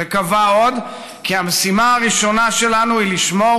וקבע עוד כי המשימה הראשונה שלנו היא לשמור